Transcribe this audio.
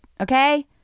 okay